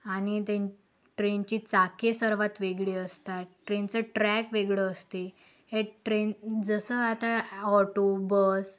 आणि ते ट्रेनची चाके सर्वात वेगळी असतात ट्रेनचं ट्रॅक वेगळं असते हे ट्रेन जसं आता ऑटो बस